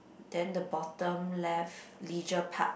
then the bottom left leisure park